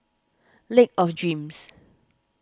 Lake of Dreams